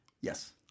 Yes